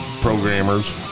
programmers